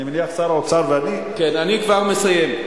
אני מניח, שר האוצר ואני, כן, אני כבר מסיים.